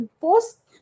post